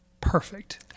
perfect